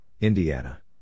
Indiana